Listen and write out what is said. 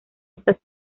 estas